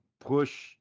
push